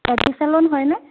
হয়নে